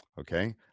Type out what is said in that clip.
Okay